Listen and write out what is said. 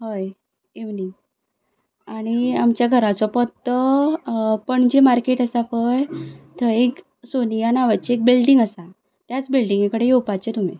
हय इवनींग आनी आमच्या घराचो पत्तो पणजे मार्केट आसा पळय थंय एक सोनिया नांवाची एक बिल्डींग आसा त्याच बिल्डिंगे कडेन येवपाचें तुवें